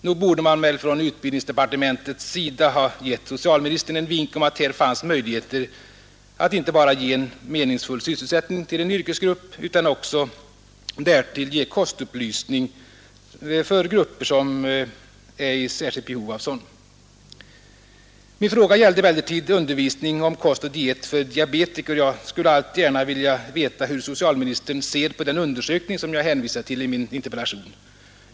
Nog borde man väl från utbildningsdepartementet ha gett socialministern en vink om att här fanns möjligheter att inte bara ge meningsfull sysselsättning till en yrkesgrupp utan också därtill ge kostupplysning för grupper som är i särskilt behov av sådan. Min fråga gällde emellertid undervisning om kost och diet för diabetiker, och jag skulle allt gärna vilja veta hur socialministern ser på den undersökning som jag hänvisat till i min interpellation.